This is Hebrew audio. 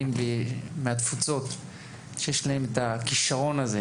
ותלמידים מהתפוצות שיש להם את הכישרון הזה,